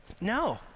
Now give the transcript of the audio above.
No